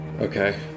Okay